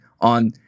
on